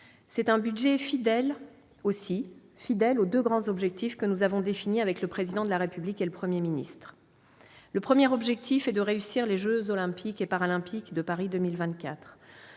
aussi un budget fidèle, fidèle aux deux grands objectifs que nous avons définis avec le Président de la République et le Premier ministre. Le premier objectif est de réussir les jeux Olympiques et Paralympiques de Paris 2024.